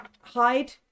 Hide